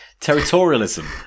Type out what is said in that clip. Territorialism